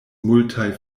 multaj